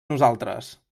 nosaltres